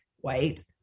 white